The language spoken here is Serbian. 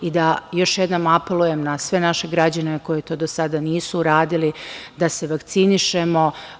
Još jednom apelujem na sve naše građane koji to do sada nisu uradili da se vakcinišemo.